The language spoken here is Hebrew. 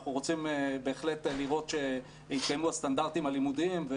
אנחנו רוצים בהחלט לראות שהתקיימו הסטנדרטים הלימודיים.